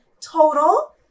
total